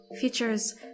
features